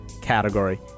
category